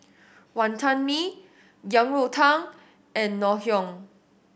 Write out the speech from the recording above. Wonton Mee Yang Rou Tang and Ngoh Hiang